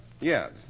yes